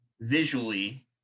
visually